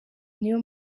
niyo